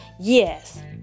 Yes